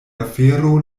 afero